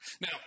Now